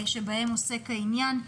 שבהם עוסק העניין.